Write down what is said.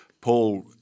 Paul